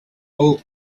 old